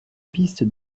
piste